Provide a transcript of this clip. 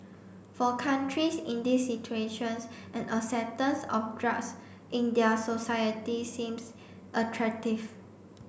for countries in these situations an acceptance of drugs in their societies seems attractive